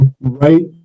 Right